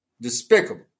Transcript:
despicable